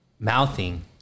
Mouthing